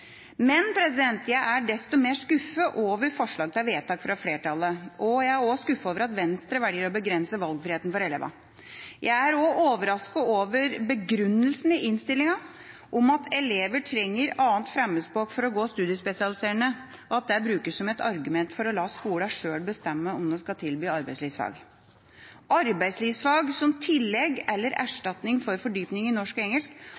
Men jeg er desto mer skuffet over forslaget til vedtak fra flertallet. Jeg er også skuffet over at Venstre velger å begrense valgfriheten for elevene. Jeg er også overrasket over begrunnelsen i innstillinga, at elever trenger 2. fremmedspråk for å gå studiespesialiserende brukes som argument for å la skolene sjøl bestemme om de skal tilby arbeidslivsfag. Arbeidslivsfag som tillegg til eller erstatning for fordypning i norsk og engelsk